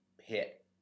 hit